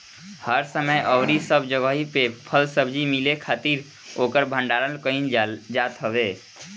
हर समय अउरी सब जगही पे फल सब्जी मिले खातिर ओकर भण्डारण कईल जात हवे